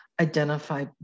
identify